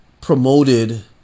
promoted